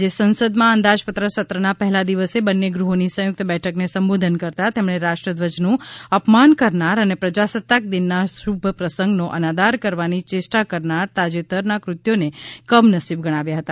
આજે સંસદમાં અંદાજપત્ર સત્રના પહેલા દિવસે બંને ગૃહોની સંયુક્ત બેઠકને સંબોધન કરતાં તેમણે રાષ્ટ્રધ્વજનું અપમાન કરનાર અને પ્રજાસત્તાક દિનના શુભ પ્રસંગનો અનાદર કરવાની ચેષ્ટા કરનાર તાજેતરનાં ફત્યોને કમનસીબ ગણાવ્યા હતા